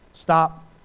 stop